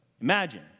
imagine